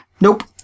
Nope